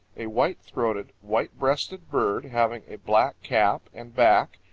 a white-throated, white-breasted bird, having a black cap and back,